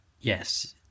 yes